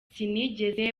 sinigeze